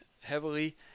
heavily